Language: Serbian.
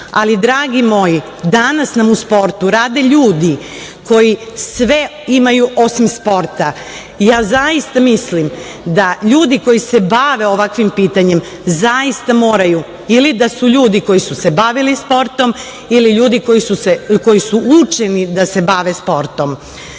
ali, dragi moji, danas nam u sportu rade ljudi koji sve imaju osim sporta. Mislim da ljudi koji se bave ovakvim pitanjima zaista moraju ili da su ljudi koji su se bavili sportom ili ljudi koji su učeni da se bave sportom. Vaša